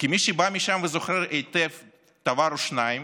כמי שבא משם וזוכר היטב דבר או שניים,